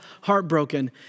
heartbroken